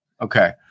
Okay